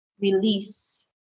release